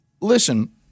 Listen